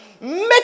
make